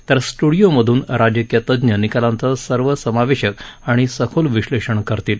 तर स्ट्रेडिओमधून राजकीय तज्ञ निकालांचं सर्व समावेशक आणि सखोल विश्वेषण करतील